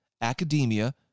academia